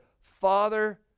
Father